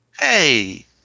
Hey